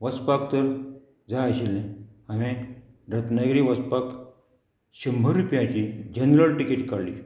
वचपाक तर जाय आशिल्लें हांवें रत्नागिरी वचपाक शंबर रुपयाची जनरल टिकेट काडली